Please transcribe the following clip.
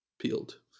peeled